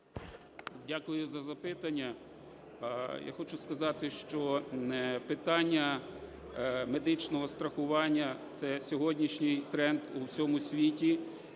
Дякую за запитання. Я хочу сказати, що питання медичного страхування – це сьогоднішній тренд у всьому світі,